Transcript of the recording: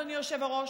אדוני היושב-ראש.